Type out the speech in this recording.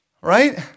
right